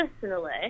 personally